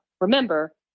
Remember